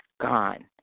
gone